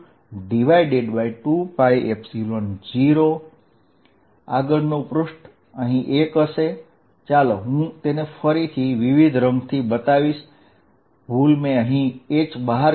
Fσq2π0 આગળના પાના પર જઇએ અહીં એક h હશે હું તેને અલગ રંગથી બતાવું છું અહીં h છે